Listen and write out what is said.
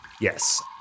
Yes